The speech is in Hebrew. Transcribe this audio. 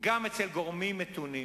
גם אצל גורמים מתונים.